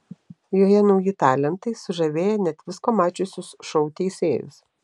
joje nauji talentai sužavėję net visko mačiusius šou teisėjus